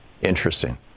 Interesting